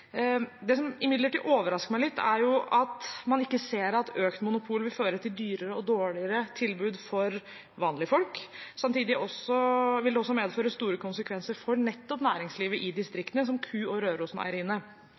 Det som imidlertid overrasker meg litt, er at man ikke ser at økt grad av monopol vil føre til dyrere og dårligere tilbud for vanlige folk, samtidig som det også vil medføre store konsekvenser for nettopp næringslivet i